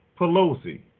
Pelosi